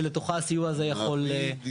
שלתוכה הסיוע יכול להיכנס.